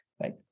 right